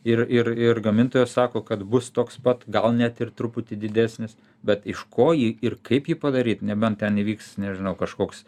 ir ir ir gamintojas sako kad bus toks pat gal net ir truputį didesnis bet iš ko jį ir kaip jį padaryt nebent ten įvyks nežinau kažkoks